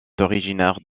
originaire